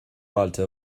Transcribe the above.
mbailte